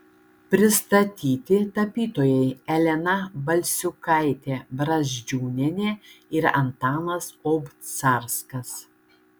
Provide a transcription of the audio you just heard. pristatyti tapytojai elena balsiukaitė brazdžiūnienė ir antanas obcarskas